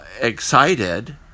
excited